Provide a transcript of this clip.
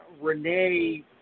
Renee